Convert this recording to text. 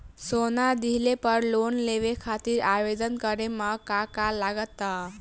सोना दिहले पर लोन लेवे खातिर आवेदन करे म का का लगा तऽ?